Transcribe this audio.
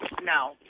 no